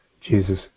Jesus